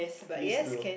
please do